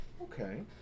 Okay